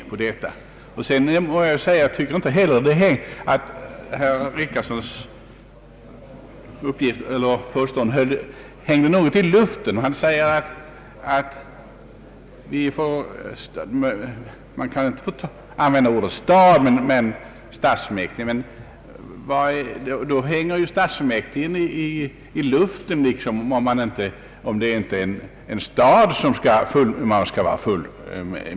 Herr Richardson säger att reservanterna inte vill slå vakt om ordet stad, men då hänger ju beteckningen stadsfullmäktige i luften. Det är ingen riktig logik i ett sådant resonemang.